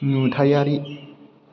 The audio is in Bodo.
नुथायारि